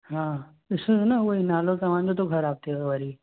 हा ॾिसिजो न उहोई नालो तव्हांजो तो ख़राबु थिए वरी